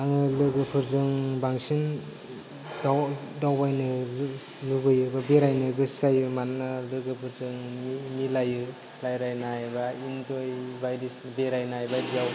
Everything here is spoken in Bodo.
आङो लोगोफोरजों बांसिन दावबायनो लुबैयो बा बेरायनो गोसो जायो मानोना लोगोफोरजों मिलायो रायलायनाय बा बेरायनाय बायदियाव